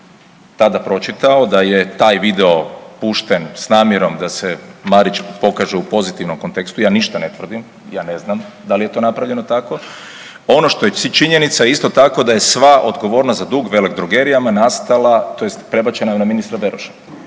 tada pročitao da je taj video pušten s namjerom da se Marića pokaže u pozitivnom kontekstu, ja ništa ne tvrdim, ja ne znam da li je to napravljeno tako, ono što je činjenica isto tako da je sva odgovornost za dug veledrogerijama nastala tj. prebačena je na ministra Beroša.